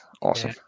Awesome